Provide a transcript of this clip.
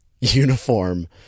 uniform